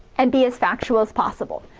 and, be as factual possible.